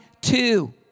two